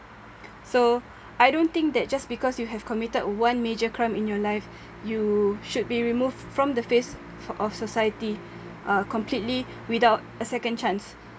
so I don't think that just because you have committed one major crime in your life you should be removed from the face of society uh completely without a second chance